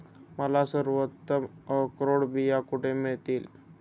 मला सर्वोत्तम अक्रोड बिया कुठे मिळतील